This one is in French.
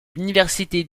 l’université